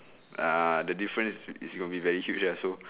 ah the difference is going to be very huge ah so